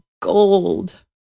gold